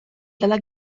dalla